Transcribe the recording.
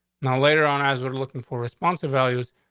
now, later on, as we're looking for responsive values,